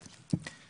ו'